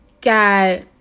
got